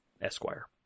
Esquire